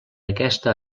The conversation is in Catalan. aquesta